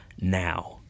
now